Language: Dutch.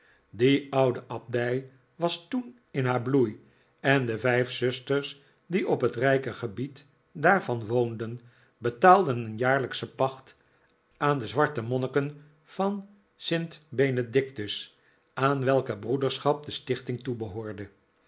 die oude abdij was toen in haar bloei en de vijf zusters die op het rijke gebied daarvan woonden betaalden een jaarlijksche pacht aan de zwarte monniken van st benedictus aan welke broederschap de stichting toebehoorde